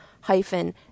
hyphen